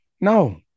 No